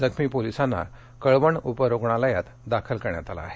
जखमी पोलिसांना कळवण उप रुग्णालयात दाखल कऱण्यात आलं आहे